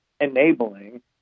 enabling